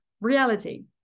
reality